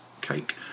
cake